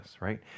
right